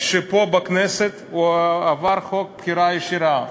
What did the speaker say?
כשפה בכנסת עבר חוק הבחירה הישירה,